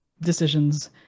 decisions